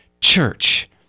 church